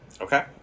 Okay